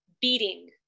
beating